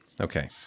Okay